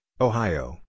Ohio